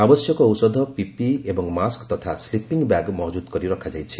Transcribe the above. ଆବଶ୍ୟକ ଔଷଧ ପିପିଇ ଏବଂ ମାସ୍କ ତଥା ସ୍କିପିଙ୍ଗ୍ ବ୍ୟାଗ୍ ମହକୁଦ କରି ରଖାଯାଇଛି